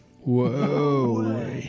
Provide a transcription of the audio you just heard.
Whoa